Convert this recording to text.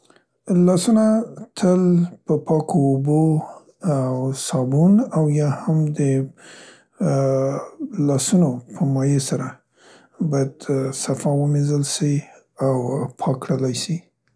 لاسونه تل په پاکو اوبو او صابون او یا هم د ، اا، لاسونو په مایع سره باید صفا ومینځلی سي او پاک کړلای سي.